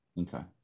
Okay